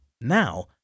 Now